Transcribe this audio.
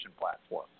platform